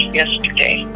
yesterday